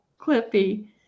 Clippy